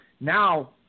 now